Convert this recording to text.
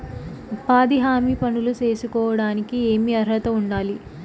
ఉపాధి హామీ పనులు సేసుకోవడానికి ఏమి అర్హత ఉండాలి?